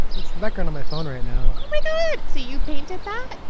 that's the background on my phone right now oh, my god. so you painted that?